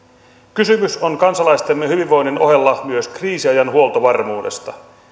kysymys on kansalaistemme hyvinvoinnin ohella myös kriisiajan huoltovarmuudesta